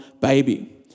baby